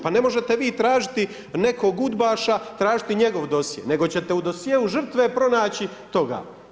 Pa ne možete vi tražiti nekog udbaša i tražiti njegov dosje, nego ćete u dosjeu žrtve pronaći toga.